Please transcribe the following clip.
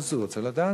אז הוא רוצה לדעת,